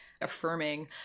affirming